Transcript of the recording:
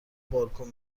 بالکن